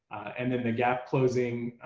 and then the gap closing.